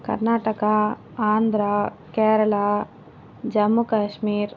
Karnataka Andhra Kerala Jammu Kashmir